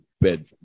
bed